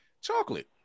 chocolate